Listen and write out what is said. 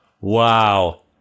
Wow